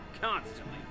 constantly